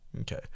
Okay